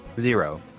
Zero